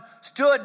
stood